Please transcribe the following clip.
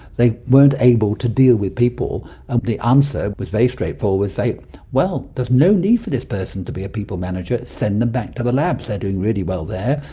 they weren't able to deal with people. and the answer was very straightforward well, there's no need for this person to be a people manager, send them back to the lab, they're doing really well there,